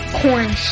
corn